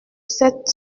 sept